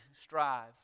strive